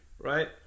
right